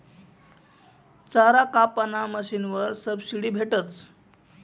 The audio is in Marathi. चारा कापाना मशीनवर सबशीडी भेटस